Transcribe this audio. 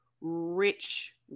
rich